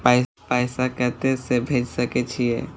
पैसा कते से भेज सके छिए?